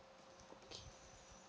okay